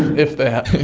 if that.